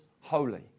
holy